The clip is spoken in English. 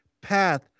path